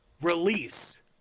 Release